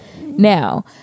now